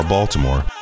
Baltimore